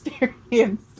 experience